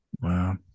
Wow